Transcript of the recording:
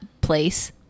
place